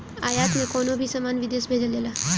आयात में कवनो भी सामान विदेश भेजल जाला